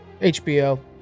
HBO